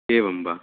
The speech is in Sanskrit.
एवं वा